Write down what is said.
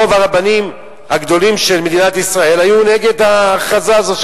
רוב הרבנים הגדולים של מדינת ישראל היו נגד ההכרזה הזאת,